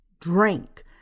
drink